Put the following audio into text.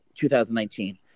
2019